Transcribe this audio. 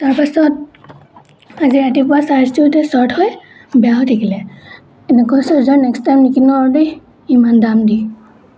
তাৰপাছত আজি ৰাতিপুৱা চাৰ্জ দিওঁতে শ্বৰ্ট হৈ বেয়া হৈ থাকিলে এনেকুৱা চাৰ্জাৰ নেক্সট টাইম নিকিনো আৰু দেই ইমান দাম দি